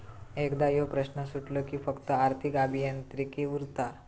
एकदा ह्यो प्रश्न सुटलो कि फक्त आर्थिक अभियांत्रिकी उरता